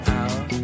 out